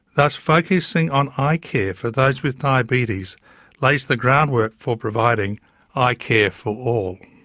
thus focusing on eye care for those with diabetes lays the ground work for providing eye care for all.